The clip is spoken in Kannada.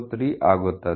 4303 ಆಗುತ್ತದೆ